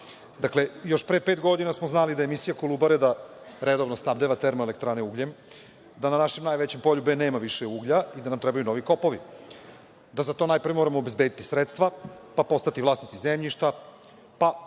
još pre pet godina smo znali da je misija Kolubare da redovno snabdeva termoelektrane ugljem, da na našem najvećem polju gde nema više uglja i da nam trebaju novi kopovi. Za to najpre moramo obezbediti sredstva, pa postati vlasnici zemljišta, pa